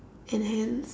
and hence